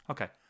Okay